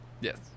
Yes